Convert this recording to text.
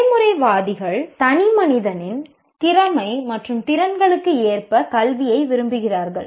நடைமுறைவாதிகள் தனிமனிதனின் திறமை மற்றும் திறன்களுக்கு ஏற்ப கல்வியை விரும்புகிறார்கள்